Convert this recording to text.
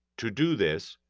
to do this,